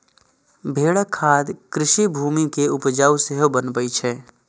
भेड़क खाद कृषि भूमि कें उपजाउ सेहो बनबै छै